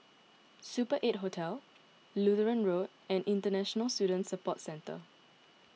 Super eight Hotel Lutheran Road and International Student Support Centre